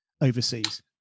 overseas